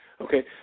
Okay